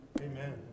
Amen